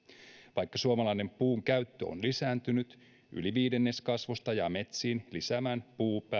vaikka suomalainen puun käyttö on lisääntynyt yli viidennes kasvusta jää metsiin lisäämään